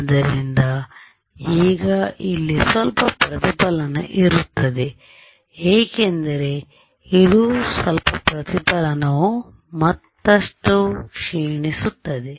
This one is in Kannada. ಆದ್ದರಿಂದ ಈಗ ಇಲ್ಲಿ ಸ್ವಲ್ಪ ಪ್ರತಿಫಲನ ಇರುತ್ತದೆ ಏಕೆಂದರೆ ಇದು ಸ್ವಲ್ಪ ಪ್ರತಿಫಲನವು ಮತ್ತಷ್ಟು ಕ್ಷೀಣಿಸುತ್ತದೆ